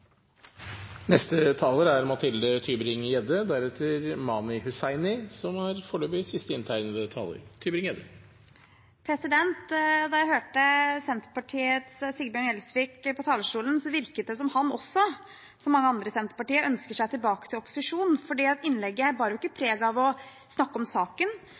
Da jeg hørte Senterpartiets Sigbjørn Gjelsvik på talerstolen, virket det som han også, som mange andre i Senterpartiet, ønsker seg tilbake i opposisjon, for innlegget bar ikke preg av å snakke om saken,